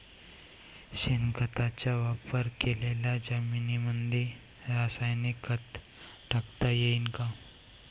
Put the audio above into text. शेणखताचा वापर केलेल्या जमीनीमंदी रासायनिक खत टाकता येईन का?